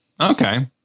Okay